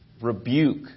rebuke